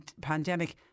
pandemic